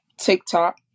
TikTok